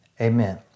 amen